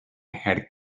had